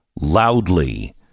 Loudly